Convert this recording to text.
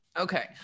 Okay